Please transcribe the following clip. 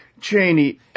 Cheney